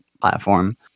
platform